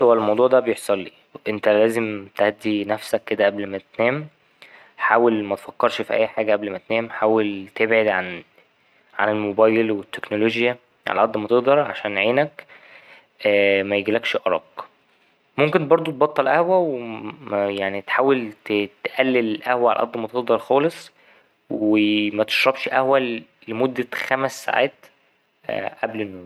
بص هو الموضوع ده بيحصلي أنت لازم تهدي نفسك قبل ما تنام حاول متفكرش في اي حاجة قبل ما تنام حاول تبعد عن الموبايل والتكنولوجيا على اد ما تقدر عشان عينك ميجيلكش أرق ممكن برضه تبطل قهوة يعني تحاول تقلل القهوة على اد ما تقدر خالص ومتشربش قهوة لمدة خمس ساعات قبل النوم.